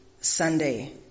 Sunday